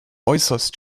äußerst